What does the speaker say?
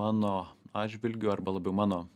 mano atžvilgiu arba labiau mano